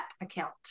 account